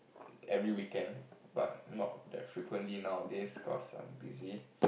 every weekend but not that frequently nowadays cause I'm busy